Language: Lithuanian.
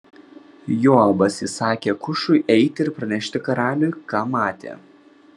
joabas įsakė kušui eiti ir pranešti karaliui ką matė